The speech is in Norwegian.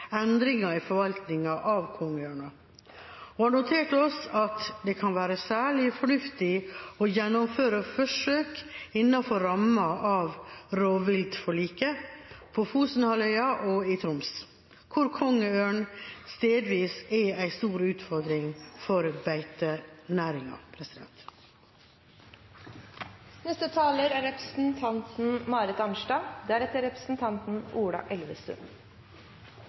endringer i forvaltningen av kongeørn, og har notert oss at det kan være særlig fornuftig å gjennomføre forsøk innenfor rammen av rovviltforliket på Fosenhalvøya og i Troms, hvor kongeørn stedvis er en stor utfordring for